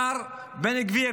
השר בן גביר,